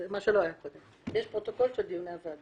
זה דבר שלא היה קודם פרוטוקול של דיוני הוועדה.